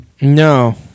no